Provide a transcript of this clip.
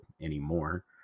anymore